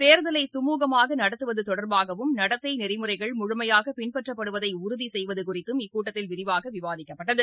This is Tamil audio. தேர்தலை சுழுகமாகநடத்துவதுதொடர்பாகவும் நடத்தைநெறிமுறைகள் முழுமையாகபின்பற்றப்படுவதைஉறுதிசெய்வதுகுறித்தும் இக்கூட்டத்தில் விரிவாகவிவாதிக்கப்பட்டது